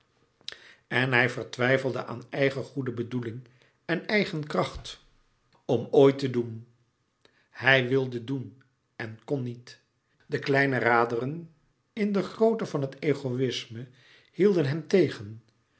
en hij vertwijfelde aan eigen goede bedoeling en eigen kracht om ooit te doen hij wilde doen en kon niet de kleine raderen in de groote van het egoïsme hielden hem tegen